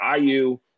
iu